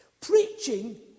Preaching